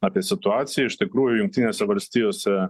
apie situaciją iš tikrųjų jungtinėse valstijose